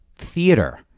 theater